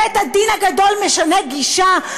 בית-הדין הגדול משנה גישה,